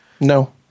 No